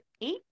eight